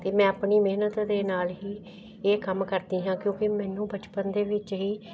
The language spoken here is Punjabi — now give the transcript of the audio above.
ਅਤੇ ਮੈਂ ਆਪਣੀ ਮਿਹਨਤ ਦੇ ਨਾਲ ਹੀ ਇਹ ਕੰਮ ਕਰਦੀ ਹਾਂ ਕਿਉਂਕਿ ਮੈਨੂੰ ਬਚਪਨ ਦੇ ਵਿੱਚ ਹੀ